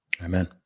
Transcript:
Amen